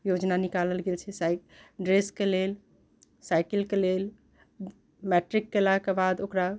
योजना निकालल गेल छै साइ ड्रेस के लेल साइकिल के लेल मैट्रिक केला के बाद ओकरा